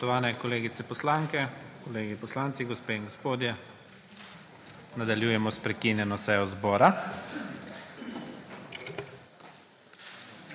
Spoštovani kolegice poslanke, kolegi poslanci, gospe in gospodje, nadaljujemo s prekinjeno sejo zbora.